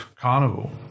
carnival